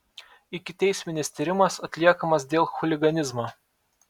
ikiteisminis tyrimas atliekamas dėl chuliganizmo